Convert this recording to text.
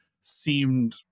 seemed